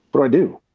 but i do?